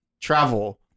travel